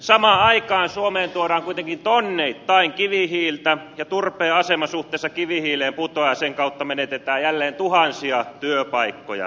samaan aikaan suomeen tuodaan kuitenkin tonneittain kivihiiltä ja turpeen asema suhteessa kivihiileen putoaa ja sen kautta menetetään jälleen tuhansia työpaikkoja suomesta